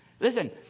Listen